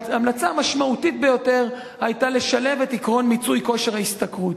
ההמלצה המשמעותית ביותר היתה לשלב את עקרון מיצוי כושר ההשתכרות.